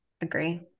Agree